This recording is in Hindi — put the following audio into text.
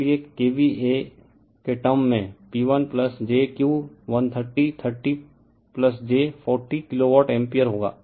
इसलिए KV A के टर्म में P1 j Q13030 j 40किलो वोल्ट एम्पीअर होगा